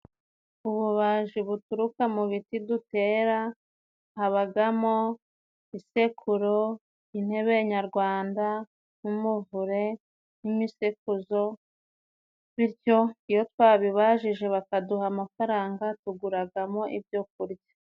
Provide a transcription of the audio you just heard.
Ububaji buturuka mu biti dutera, habamo isekuro, intebe nyarwanda, n'umuvure, n'imisekuzo bityo iyo twabibajije bakaduha amafaranga tuguramo ibyo kurya.